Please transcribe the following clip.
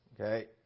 Okay